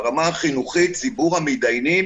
ברמה החינוכית ציבור המתדיינים